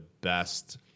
best